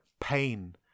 pain